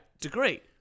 degree